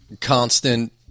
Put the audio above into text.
constant